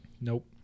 Nope